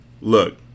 Look